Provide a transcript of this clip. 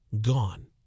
Gone